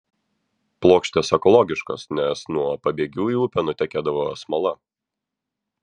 plokštės ekologiškos nes nuo pabėgių į upę nutekėdavo smala